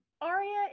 Aria